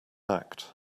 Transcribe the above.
act